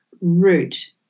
root